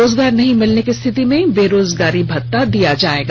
रोजगार नहीं मिलने की स्थिति में बेरोजगारी भत्ता दिया जायेगा